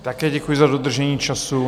Také děkuji za dodržení času.